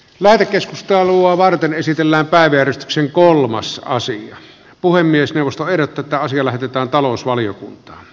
lähetekeskustelua varten esitellä pääder psykolmassa asiaan puhemiesneuvosto ehdottaa että asia lähetetään talousvaliokuntaan